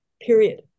period